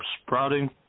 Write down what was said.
Sprouting